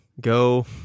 Go